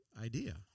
idea